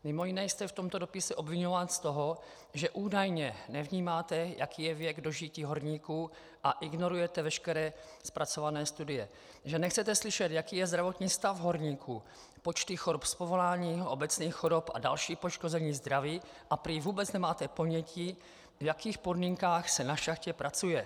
Mimo jiné jste v tomto dopise obviňován z toho, že údajně nevnímáte, jaký je věk dožití horníků, a ignorujete veškeré zpracované studie, že nechcete slyšet, jaký je zdravotní stav horníků, počty chorob z povolání, obecných chorob a další poškození zdraví, a prý vůbec nemáte ponětí, v jakých podmínkách se na šachtě pracuje.